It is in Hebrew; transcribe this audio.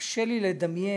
קשה לי לדמיין